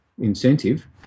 incentive